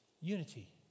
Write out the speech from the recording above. Unity